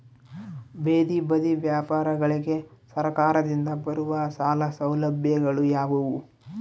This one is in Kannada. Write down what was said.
ಬೇದಿ ಬದಿ ವ್ಯಾಪಾರಗಳಿಗೆ ಸರಕಾರದಿಂದ ಬರುವ ಸಾಲ ಸೌಲಭ್ಯಗಳು ಯಾವುವು?